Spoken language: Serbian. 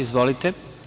Izvolite.